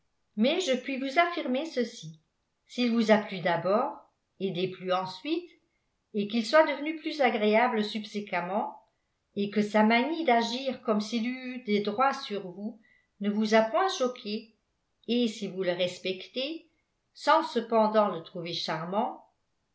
mais je puis vous affirmer ceci s'il vous a plu d'abord et déplu ensuite et qu'il soit devenu plus agréable subséquemment et que sa manie d'agir comme s'il eût eu des droits sur vous ne vous a point choquée et si vous le respectez sans cependant le trouver charmant